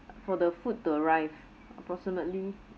for the food to arrive approximately